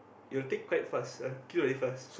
it will take quite fast uh kill very fast